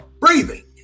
breathing